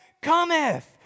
cometh